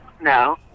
no